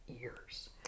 ears